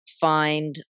find